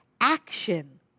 action